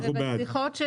אנחנו בעד.